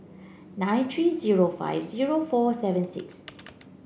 nine three zero five zero four seven six